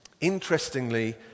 interestingly